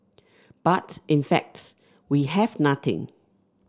but in fact we have nothing